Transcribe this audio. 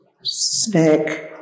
snake